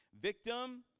Victim